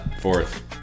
Fourth